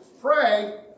pray